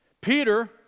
Peter